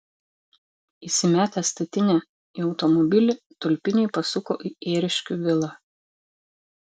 įsimetę statinę į automobilį tulpiniai pasuko į ėriškių vilą